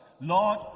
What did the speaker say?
Lord